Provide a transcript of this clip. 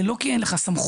זה לא כי אין לך סמכות.